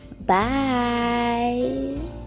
Bye